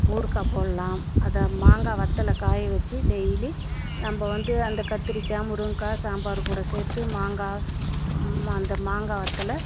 ஊறுகாய் போடலாம் அதை மாங்காய் வத்தலை காயை வச்சு டெய்லி நம்ப வந்து அந்த கத்திரிக்காய் முருங்கா சாம்பார் கூட செத்து மாங்காஸ் அந்த மாங்காய் வத்தலை